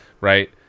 right